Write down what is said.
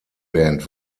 band